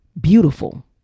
beautiful